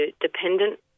dependent